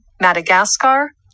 Madagascar